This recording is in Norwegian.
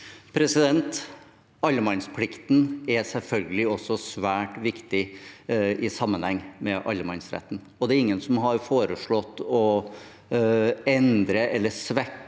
Allemannsplik- ten er selvfølgelig også svært viktig i sammenheng med allemannsretten. Det er ingen som har foreslått å endre eller svekke